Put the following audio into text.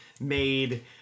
made